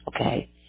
Okay